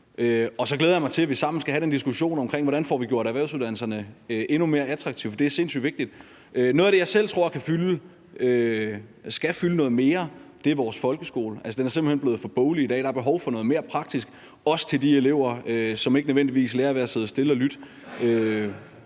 Og så glæder jeg mig til, at vi sammen skal have den diskussion om, hvordan vi får gjort erhvervsuddannelserne endnu mere attraktive, for det er sindssyg vigtigt. Noget af det, jeg selv tror skal fylde noget mere, er vores folkeskole. Altså, den er simpelt hen blevet for boglig i dag; der er behov for noget mere praktisk, også til de elever, som ikke nødvendigvis lærer ved at sidde stille og lytte.